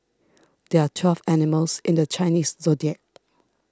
there are twelve animals in the Chinese zodiac